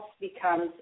becomes